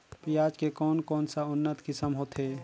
पियाज के कोन कोन सा उन्नत किसम होथे?